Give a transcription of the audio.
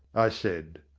i said.